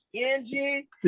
Angie